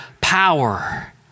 power